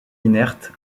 inerte